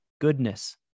goodness